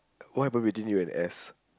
what happen between you and S